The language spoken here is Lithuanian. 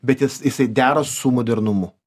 bet jis jisai dera su modernumu